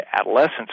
adolescents